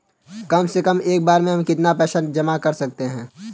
कम से कम एक बार में हम कितना पैसा जमा कर सकते हैं?